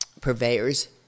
purveyors